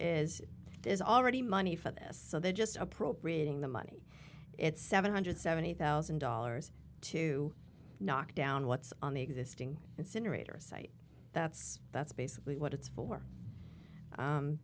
is is already money for this so they're just appropriating the money it's seven hundred seventy thousand dollars to knock down what's on the existing incinerator site that's that's basically what it's for